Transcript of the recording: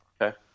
Okay